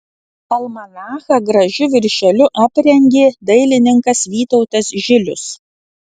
almanachą gražiu viršeliu aprengė dailininkas vytautas žilius